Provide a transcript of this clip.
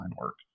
work